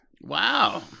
Wow